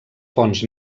fonts